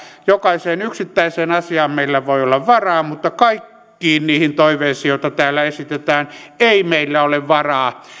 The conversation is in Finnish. jokaiseen yksittäiseen asiaan meillä voi olla varaa mutta kaikkiin niihin toiveisiin joita täällä esitetään ei meillä ole varaa